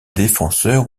défenseur